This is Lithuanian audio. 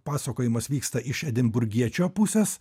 pasakojimas vyksta iš edinburgiečio pusės